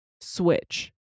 switch